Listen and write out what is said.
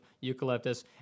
eucalyptus